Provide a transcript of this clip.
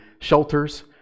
shelters